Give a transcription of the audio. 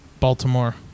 Baltimore